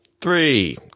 Three